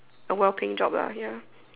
a well paying job lah ya